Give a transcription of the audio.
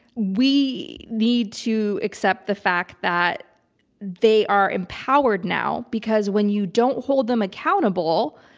we need to accept the fact that they are empowered now, because when you don't hold them accountable,